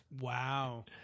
Wow